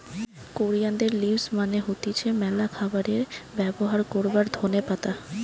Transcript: কোরিয়ানদের লিভস মানে হতিছে ম্যালা খাবারে ব্যবহার করবার ধোনে পাতা